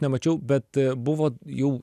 nemačiau bet buvo jau